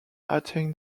attain